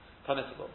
Permissible